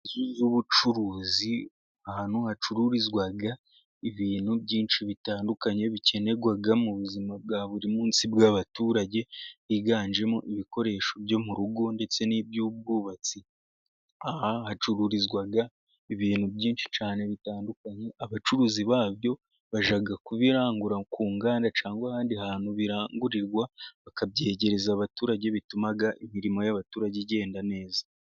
Inzu y'ubucuruzi, ahantu hacururizwa ibintu byinshi bitandukanye, bikenerwa mu buzima bwa buri munsi bw'abaturage higanjemo, ibikoresho byo mu rugo ndetse, n'iby'ubwubatsi, aha hacururizwa ibintu byinshi cyane bitandukanye, abacuruzi babyo bajya kubirangura ku nganda cyangwa ahandi hantu birangurirwa, bakabyegereza abaturage bituma imirimo y'abaturage igenda neza.